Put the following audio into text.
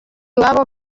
iwabo